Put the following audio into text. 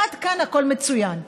עד כאן הכול מצוין.